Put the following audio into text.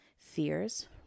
fears